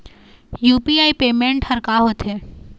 UPI payment हर का होते?